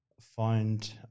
find